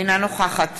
אינה נוכחת